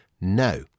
No